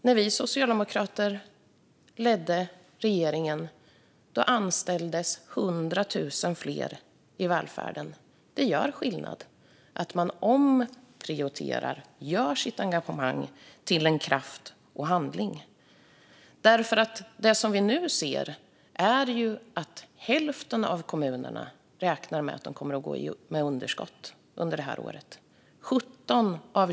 När vi socialdemokrater ledde regeringen anställdes 100 000 fler i välfärden. Det gör skillnad att man omprioriterar och gör sitt engagemang till kraft och handling. Det som vi nu ser är att hälften av kommunerna och 17 av 21 regioner räknar med att gå med underskott under året.